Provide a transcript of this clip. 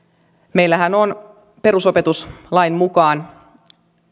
meillähän perusopetuslain mukaan